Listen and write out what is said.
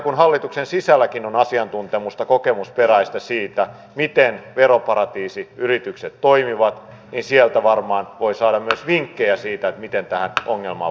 kun teillä hallituksen sisälläkin on kokemusperäistä asiantuntemusta siitä miten veroparatiisiyritykset toimivat niin sieltä varmaan voi saada myös vinkkejä siitä miten tähän ongelmaan voidaan puuttua